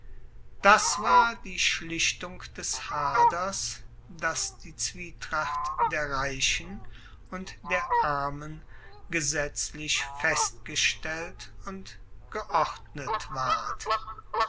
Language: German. das war die schlichtung des haders dass die zwietracht der reichen und der armen gesetzlich festgestellt und geordnet ward